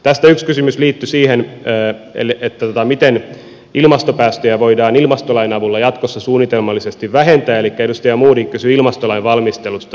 tästä yksi kysymys liittyi siihen miten ilmastopäästöjä voidaan ilmastolain avulla jatkossa suunnitelmallisesti vähentää elikkä edustaja modig kysyi ilmastolain valmistelusta